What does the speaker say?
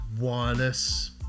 wireless